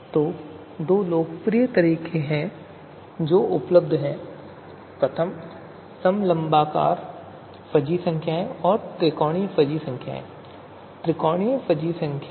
तो दो लोकप्रिय रूप हैं जो उपलब्ध हैं समलम्बाकार फ़ज़ी संख्याएँ और त्रिकोणीय फ़ज़ीसंख्याएँ